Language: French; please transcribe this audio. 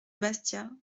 bastia